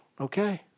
okay